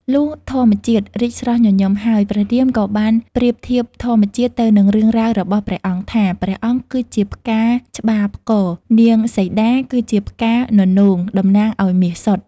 លុះធម្មជាតិរីកស្រស់ញញឹមហើយ ព្រះរាមក៏បានប្រៀប ធៀបធម្មជាតិទៅនឹងរឿងរ៉ាវ របស់ព្រះអង្គថា ព្រះអង្គគឺជាផ្កាច្បាផ្គរ នាងសីតាគឺជាផ្កាននោង តំណាងឱ្យមាសសុទ្ធ។